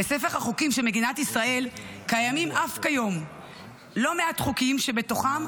בספר החוקים של מדינת ישראל קיימים אף כיום לא מעט חוקים שבתוכם,